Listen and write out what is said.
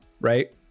right